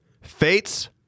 Fates